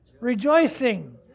Rejoicing